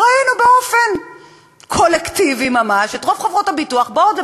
ראינו באופן קולקטיבי ממש את רוב חברות הביטוח באות,